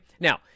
Now